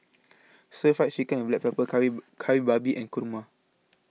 Stir Fried Chicken with Black Pepper Kari Kari Babi and Kurma